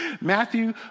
matthew